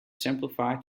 simplified